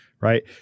Right